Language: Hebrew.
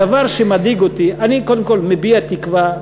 הדבר שמדאיג אותי, אני קודם כול מביע תקווה,